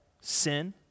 sin